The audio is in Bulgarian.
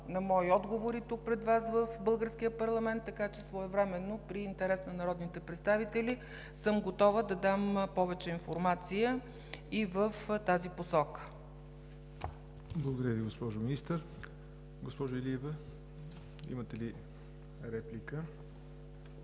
на мои отговори тук, пред Вас, в българския парламент. Така че своевременно при интерес на народните представители съм готова да дам повече информация и в тази посока. ПРЕДСЕДАТЕЛ ЯВОР НОТЕВ: Благодаря, госпожо Министър. Госпожо Илиева, имате ли реплика?